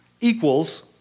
equals